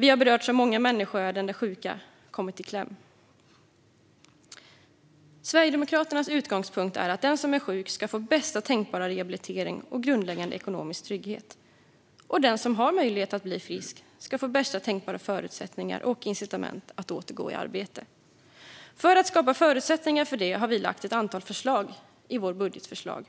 Vi har berörts av många människoöden där sjuka har kommit i kläm. Sverigedemokraternas utgångspunkt är att den som är sjuk ska få bästa tänkbara rehabilitering och grundläggande ekonomisk trygghet. Och den som har möjlighet att bli frisk ska få bästa tänkbara förutsättningar och incitament att återgå i arbete. För att skapa förutsättningar för det har vi ett antal förslag i vårt budgetförslag